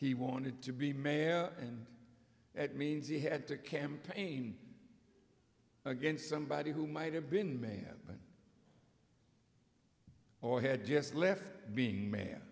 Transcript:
he wanted to be mayor and that means he had to campaign against somebody who might have been man or had just left being man